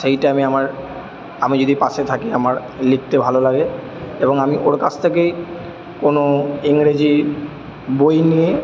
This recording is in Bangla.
সেই টাইমে আমার আমি যদি পাশে থাকি আমার লিখতে ভালো লাগে এবং আমি ওর কাছ থেকেই কোনো ইংরেজি বই নিয়ে